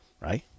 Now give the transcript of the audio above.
Right